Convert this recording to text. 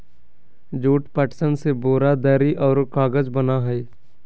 jute, पटसन से बोरा, दरी औरो कागज बना हइ